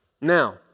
now